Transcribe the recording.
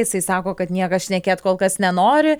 jisai sako kad niekas šnekėt kol kas nenori